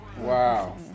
Wow